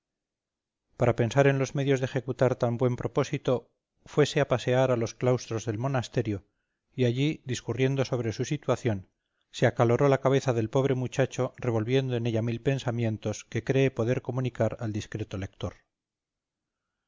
para pensar en los medios de ejecutar tan buen propósito fuese a pasear a los claustros del monasterio y allí discurriendo sobre su situación se acaloró la cabeza del pobre muchacho revolviendo en ella mil pensamientos que cree poder comunicar al discreto lector